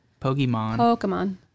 Pokemon